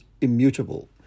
immutable